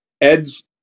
Ed's